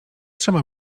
trzeba